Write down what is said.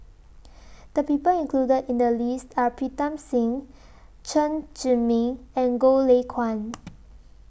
The People included in The list Are Pritam Singh Chen Zhiming and Goh Lay Kuan